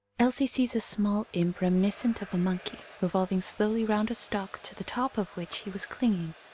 elsie sees a small imp reminiscent of a monkey, revolving slowly round a stalk to the top of which he was clinging.